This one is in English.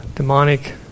demonic